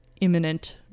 imminent